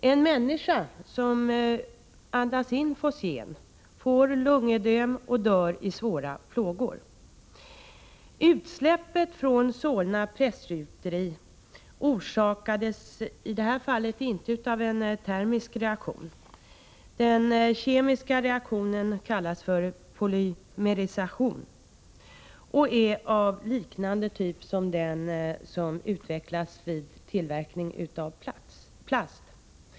Den som andas in fosgen får lungödem och dör under svåra plågor. Utsläppet från Solna Pressgjuteri orsakades i det här fallet inte av en termisk reaktion. Den kemiska reaktionen kallas för polymerisation. En liknande typ förekommer vid tillverkning av plast.